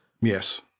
Yes